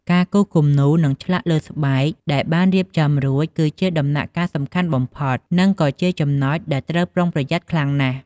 ការគូសគំនូរ និងឆ្លាក់លើស្បែកដែលបានរៀបចំរួច គឺជាដំណាក់កាលសំខាន់បំផុត និងក៏ជាចំណុចដែលត្រូវប្រុងប្រយ័ត្នខ្លាំងណាស់។